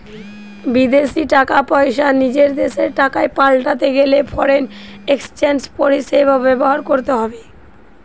বিদেশী টাকা পয়সা নিজের দেশের টাকায় পাল্টাতে গেলে ফরেন এক্সচেঞ্জ পরিষেবা ব্যবহার করতে হবে